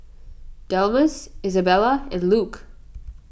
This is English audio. Delmas Isabella and Luke